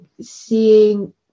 seeing